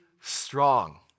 strong